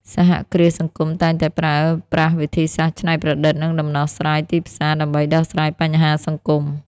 សហគ្រាសសង្គមតែងតែប្រើប្រាស់វិធីសាស្រ្តច្នៃប្រឌិត និងដំណោះស្រាយទីផ្សារ ដើម្បីដោះស្រាយបញ្ហាសង្គម។